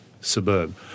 suburb